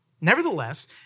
Nevertheless